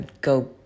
go